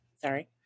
Sorry